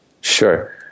Sure